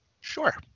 Sure